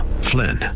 Flynn